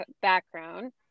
background